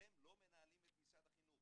אתם לא מנהלים את משרד החינוך.